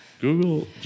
Google